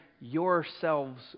yourselves